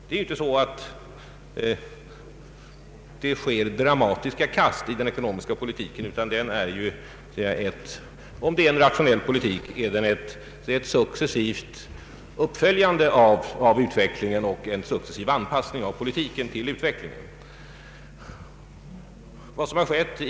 Det sker inga dramatiska kast i den ekonomiska politiken, utan den innebär — om det är en realistisk politik — ett successivt uppföljande av utvecklingen och en successiv anpassning av politiken till utvecklingen.